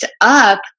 up